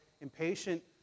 Impatient